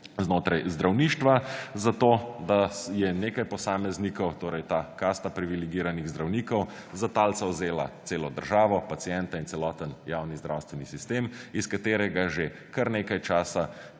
znotraj zdravništva, za to da je nekaj posameznikov torej ta / nerazumljivo/ privilegiranih zdravnikov za talca vzela celo državo, paciente in celotni javno zdravstveni sistem, iz katerega že kar nekaj časa